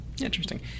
Interesting